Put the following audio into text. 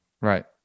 Right